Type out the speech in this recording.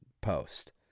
post